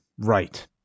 right